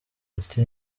ati